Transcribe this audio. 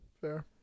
Fair